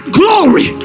glory